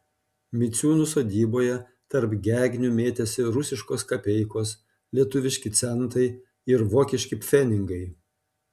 miciūnų sodyboje tarp gegnių mėtėsi rusiškos kapeikos lietuviški centai ir vokiški pfenigai